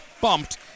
bumped